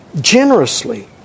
generously